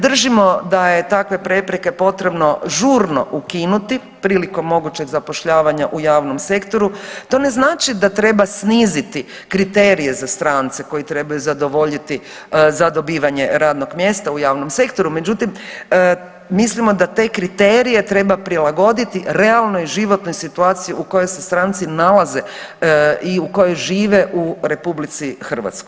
Držimo da je takve prepreke potrebno žurno ukinuti prilikom mogućeg zapošljavanja u javnom sektoru, to ne znači da treba sniziti kriterije za strance koji trebaju zadovoljiti za dobivanje radnog mjesta u javnom sektoru, međutim mislimo da te kriterije treba prilagoditi realnoj životnoj situaciji u kojoj se stranci nalaze i u kojoj žive u RH.